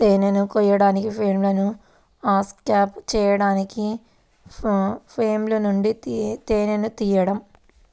తేనెను కోయడానికి, ఫ్రేమ్లను అన్క్యాప్ చేయడానికి ఫ్రేమ్ల నుండి తేనెను తీయడం